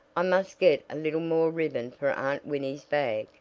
i must get a little more ribbon for aunt winnie's bag,